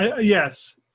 Yes